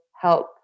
help